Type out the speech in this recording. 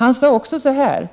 Han sade också: